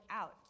out